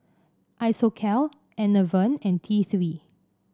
Isocal Enervon and T Three